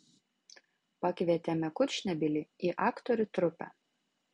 pakvietėme kurčnebylį į aktorių trupę